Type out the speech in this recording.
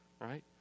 right